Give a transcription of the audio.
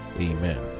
Amen